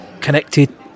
connected